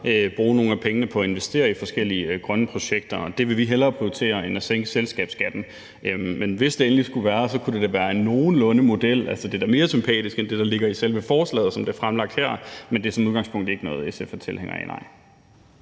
bruge nogle af pengene på at investere i forskellige grønne projekter. Det vil vi hellere prioritere end at sænke selskabsskatten. Men hvis det endelig skulle være, kunne det være en nogenlunde model, for det er da mere sympatisk end det, der ligger i selve forslaget, som blev fremlagt her, men det er som udgangspunkt ikke noget, SF er tilhængere af, nej.